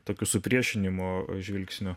tokiu supriešinimo žvilgsniu